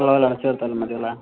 ഉള്ളതെല്ലാം ചേർത്താലും മതിയല്ലേ